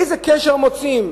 איזה קשר מוצאים